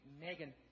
Megan